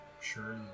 sure